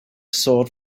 sword